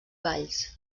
valls